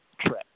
trip